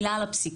מילה על הפסיקה.